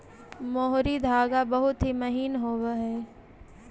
मोहरी धागा बहुत ही महीन होवऽ हई